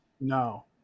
No